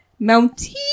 Mountie